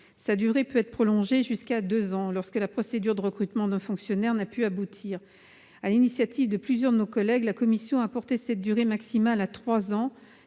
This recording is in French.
sa durée peut être prolongée jusqu'à deux ans, lorsque la procédure de recrutement d'un fonctionnaire n'a pu aboutir. Sur l'initiative de plusieurs de nos collègues, la commission a porté cette durée maximale à trois ans,